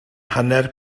hanner